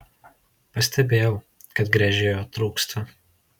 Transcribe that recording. pastebėjau kad gręžėjo trūksta